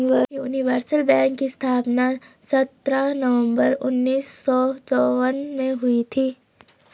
universal bank की स्थापना सत्रह नवंबर उन्नीस सौ चौवन में हुई थी